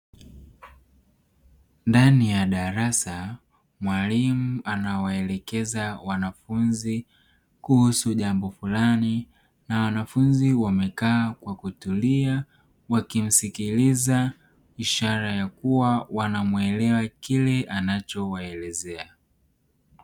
Ndani ya darasa mwalimu anawaelekeza wanafuzi kuhusu jambo fulani na wanafunzi wamekaa kwa kutulia wakimsikiliza, ishara ya kuwa wanamuelewa kile anacho waelezea.